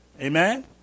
amen